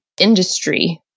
industry